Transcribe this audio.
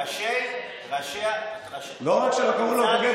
לא רק שקראו לו "בוגד",